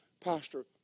pastor